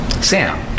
Sam